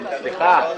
סליחה.